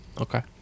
okay